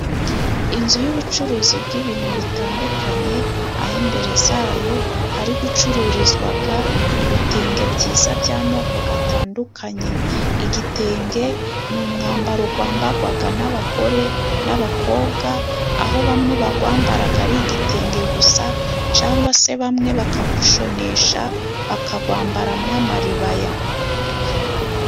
Inzu y'ubucuruzi bw'ibintu bitandukanye aho imbere yayo hari gucururizwa ibitenge byiza by'amoko atandukanye. Igitenge ni umwambaro wambarwa n'abagore n'abakobwa, aho bamwe bawambara ari igitenge gusa cyangwa se bamwe bakawushonesha bakawambaramo amaribaya.